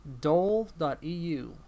dole.eu